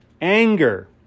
anger